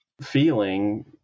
feeling